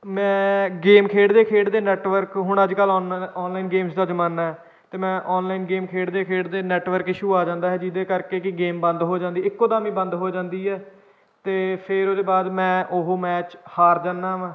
ਮੈਂ ਗੇਮ ਖੇਡਦੇ ਖੇਡਦੇ ਨੈੱਟਵਰਕ ਹੁਣ ਅੱਜ ਕੱਲ੍ਹ ਔਨ ਔਨਲਾਈਨ ਗੇਮਸ ਦਾ ਜਮਾਨਾ ਹੈ ਅਤੇ ਮੈਂ ਔਨਲਾਈਨ ਗੇਮ ਖੇਡਦੇ ਖੇਡਦੇ ਨੈੱਟਵਰਕ ਇਸ਼ੂ ਆ ਜਾਂਦਾ ਹੈ ਜਿਹਦੇ ਕਰਕੇ ਕੀ ਗੇਮ ਬੰਦ ਹੋ ਜਾਂਦੀ ਇੱਕੋ ਦਮ ਹੀ ਬੰਦ ਹੋ ਜਾਂਦੀ ਹੈ ਅਤੇ ਫਿਰ ਉਹਦੇ ਬਾਅਦ ਮੈਂ ਉਹ ਮੈਚ ਹਾਰ ਜਾਂਦਾ ਹਾਂ